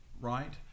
right